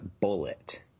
bullet